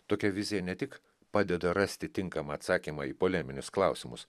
tokia vizija ne tik padeda rasti tinkamą atsakymą į poleminius klausimus